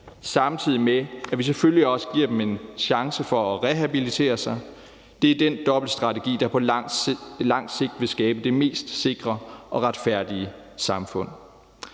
samtidig med at vi selvfølgelig også giver dem en chance for at rehabilitere sig. Det er den dobbeltstrategi, der på lang sigt vil skabe det mest sikre og retfærdige samfund.